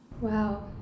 Wow